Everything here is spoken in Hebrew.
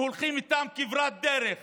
והולכים איתם כברת דרך